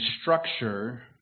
structure